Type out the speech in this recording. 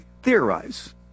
theorize